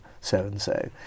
so-and-so